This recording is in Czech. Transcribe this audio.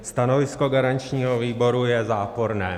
Stanovisko garančního výboru je záporné.